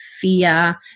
fear